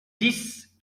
dix